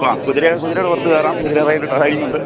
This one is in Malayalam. ആ കുതിരേ കുതിരയുടെ പുറത്ത് കയറാം കുതിര റൈഡിംഗ് ഉണ്ട്